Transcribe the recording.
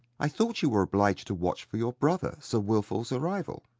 i thought you were obliged to watch for your brother sir wilfull's arrival.